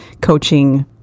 coaching